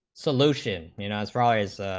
solution you know as fries